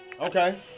Okay